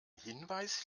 hinweis